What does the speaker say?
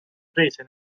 prese